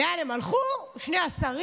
לאן הם הלכו, שני השרים?